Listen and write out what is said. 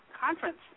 conference